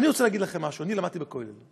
אני רוצה להגיד לכם משהו: אני למדתי בכולל,